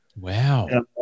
Wow